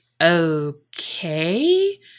Okay